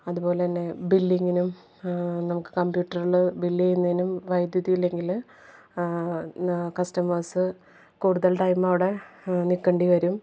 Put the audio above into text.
അതുപോലന്നെ ബില്ലിങ്ങിനും നമുക്ക് കംമ്പ്യൂട്ടറിൽ ബില് ചെയ്യുന്നതിനും വൈദ്യുതി ഇല്ലെങ്കിൽ കസ്റ്റമേര്സ് കൂടുതല് ടൈമവിടെ നിക്കണ്ടി വരും